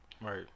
Right